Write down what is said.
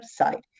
website